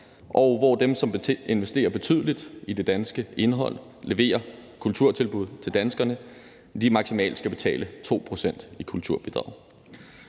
og hvor dem, som investerer betydeligt i det danske indhold og leverer kulturtilbud til danskerne, maksimalt skal betale 2 pct. i kulturbidrag.